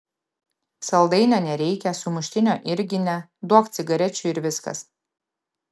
saldainio nereikia sumuštinio irgi ne duok cigarečių ir viskas